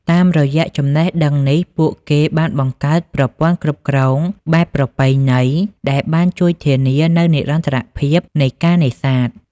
តាមរយៈចំណេះដឹងនេះ ពួកគេបានបង្កើតប្រព័ន្ធគ្រប់គ្រងបែបប្រពៃណីដែលបានជួយធានានូវនិរន្តរភាពនៃការនេសាទ។